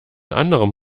anderen